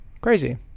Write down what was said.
crazy